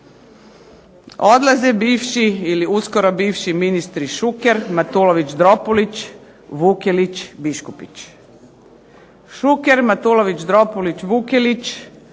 Odlaze bivši ili uskoro bivši ministri Šuker, Matulović-Dropulić, Vukelić, Biškupić.